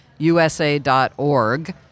USA.org